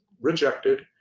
rejected